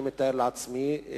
אני מתאר לעצמי,